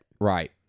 Right